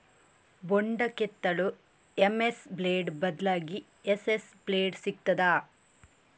ಬೊಂಡ ಕೆತ್ತಲು M S blade ಬದ್ಲಾಗಿ ಎಸ್.ಎಸ್ ಬ್ಲೇಡ್ ಸಿಕ್ತಾದ?